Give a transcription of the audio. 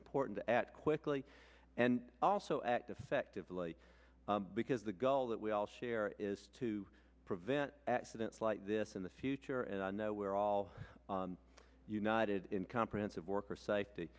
important to act quickly and also act effectively because the gull that we all share is to prevent accidents like this in the future and i know we are all united in comprehensive worker safety